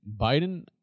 Biden